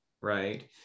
right